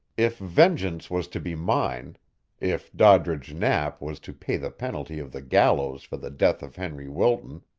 if vengeance was to be mine if doddridge knapp was to pay the penalty of the gallows for the death of henry wilton,